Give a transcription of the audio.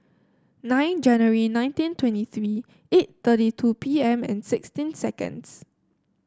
nine January nineteen twenty three eight thirty two P M and sixteen seconds